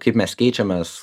kaip mes keičiamės